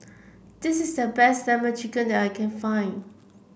this is the best lemon chicken that I can find